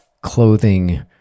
clothing